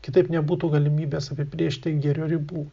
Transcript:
kitaip nebūtų galimybės apibrėžti gėrio ribų